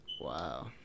wow